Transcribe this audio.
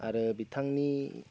आरो बिथांनि